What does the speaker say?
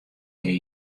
kear